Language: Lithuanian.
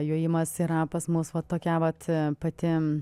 jojimas yra pas mus va tokia vat pati